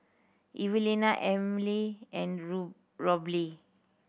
Evelina Amil and Roby